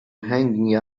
hanging